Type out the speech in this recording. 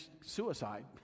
suicide